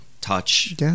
touch